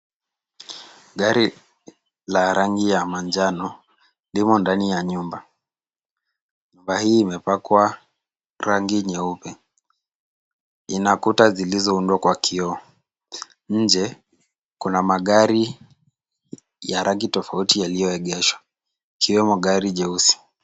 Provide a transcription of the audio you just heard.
Gari la rangi ya manjano limo ndani ya nyumba. Nyumba hii imepakwa rangi nyeupe, ina kuta zilizoundwa kwa kioo. Nje kuna magari ya rangi tofauti yaliyoegeshwa ikiwemo gari jeusi.